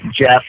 Jeff